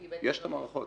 יש את המערכות.